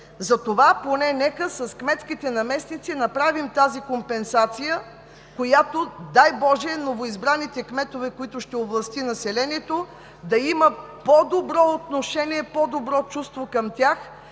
затова поне с кметските наместници нека направим тази компенсация, с която, дай боже, новоизбраните кметове, които населението ще овласти, да имат по-добро отношение, по-добро чувство към тях,